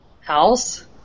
House